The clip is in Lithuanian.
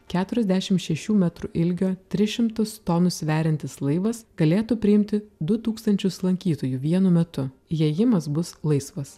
keturiasdešim šešių metrų ilgio tris šimtus tonų sveriantis laivas galėtų priimti du tūkstančius lankytojų vienu metu įėjimas bus laisvas